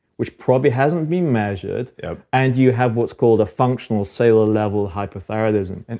which probably hasn't been measured and you have what's called a functional cellular level hypothyroidism. and